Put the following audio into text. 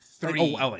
three